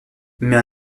mais